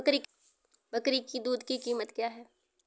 बकरी की दूध की कीमत क्या है?